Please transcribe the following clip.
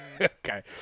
Okay